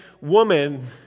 woman